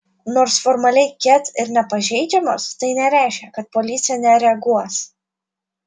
nors formaliai ket ir nepažeidžiamos tai nereiškia kad policija nereaguos